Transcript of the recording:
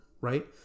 right